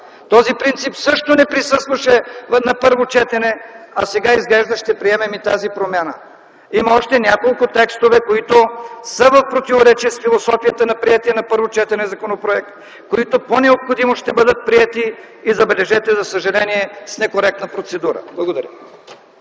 Този принцип също не присъстваше на първо четене, а сега изглежда ще приемем и тази промяна. Има още няколко текста, които са в противоречие с философията на приетия на първо четене законопроект, които по необходимост ще бъдат приети и забележете, за съжаление, с некоректна процедура. Благодаря.